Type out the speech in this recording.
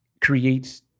creates